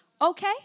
Okay